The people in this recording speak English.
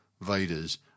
Vader's